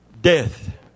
Death